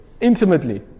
Intimately